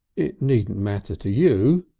it needn't matter to you,